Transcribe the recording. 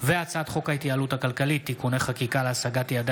הצעת חוק ההתייעלות הכלכלית (תיקוני חקיקה להשגת יעדי